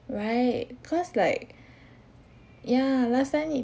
right cause like ya last time need